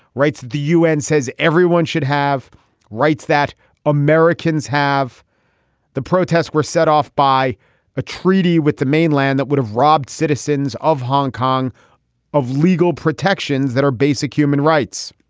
rights. the un says everyone should have rights that americans have the protests were set off by a treaty with the mainland that would have robbed citizens of hong kong of legal protections that are basic human rights